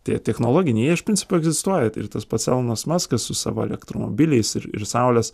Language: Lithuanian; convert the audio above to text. tie technologiniai jie iš principo egzistuoja ir tas pats elonas maskas su savo elektromobiliais ir ir saulės